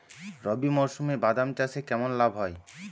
রবি মরশুমে বাদাম চাষে কেমন লাভ হয়?